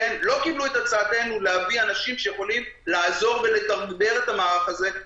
לא קיבלו את הצעתנו להביא אנשים שיכולים לעזור ולתגבר את המערך הזה,